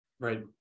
Right